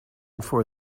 for